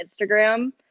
Instagram